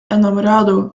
enamorado